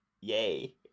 yay